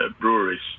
breweries